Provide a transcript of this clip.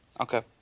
Okay